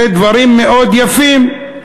זה דברים מאוד יפים.